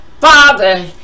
father